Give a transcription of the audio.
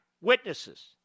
witnesses